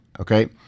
Okay